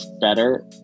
better